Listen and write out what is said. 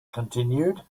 continued